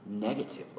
negatively